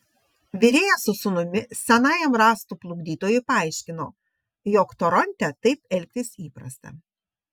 virėjas su sūnumi senajam rąstų plukdytojui paaiškino jog toronte taip elgtis įprasta